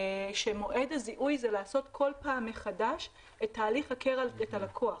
שמועד הזיהוי זה לעשות כל פעם מחדש את תהליך "הכר את הלקוח",